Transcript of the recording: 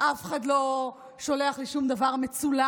אף אחד לא שולח לי שום דבר מצולם.